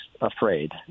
afraid